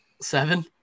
seven